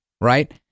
right